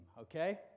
okay